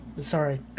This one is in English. sorry